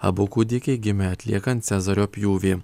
abu kūdikiai gimė atliekant cezario pjūvį